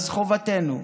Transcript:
זו חובתנו.